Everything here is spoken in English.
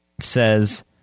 says